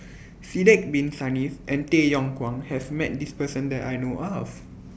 Sidek Bin Saniff and Tay Yong Kwang has Met This Person that I know of